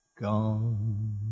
gone